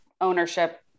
ownership